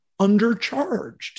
undercharged